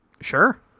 Sure